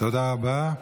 תודה רבה.